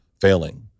failing